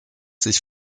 sich